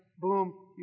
boom